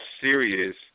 serious